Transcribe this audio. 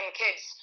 kids